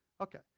Okay